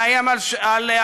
לאיים על אקדמאים,